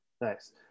Nice